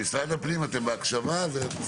הכוונה, ועדת הבחירות יש לה אחריות מסוימת.